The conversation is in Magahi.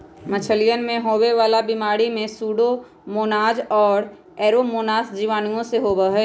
मछलियन में होवे वाला बीमारी में सूडोमोनाज और एयरोमोनास जीवाणुओं से होबा हई